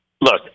Look